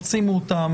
שימו אותן,